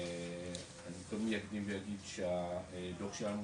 אני קודם אקדים ואגיד שהדו"ח שלנו